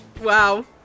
Wow